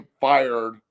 fired